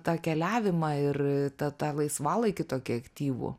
tą keliavimą ir tą tą laisvalaikį tokį aktyvų